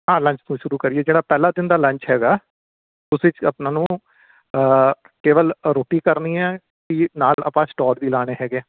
lunch ਤੋਂ ਸ਼ੁਰੂ ਕਰੀਏ ਜਿਹੜਾ ਪਹਿਲਾ ਦਿਨ ਦਾ ਲੰਚ ਹੈ ਤੁਸੀਂ ਆਪਣਾ ਨੂੰ ਕੇਵਲ ਰੋਟੀ ਕਰਨੀ ਹੈ ਕਿ ਨਾਲ ਆਪਾਂ ਸਟਾਲ ਵੀ ਲਗਾਉਣੇ ਹੈ